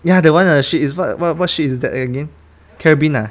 ya the one on the ship is what what what ship is that again carribean ah